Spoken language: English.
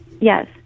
Yes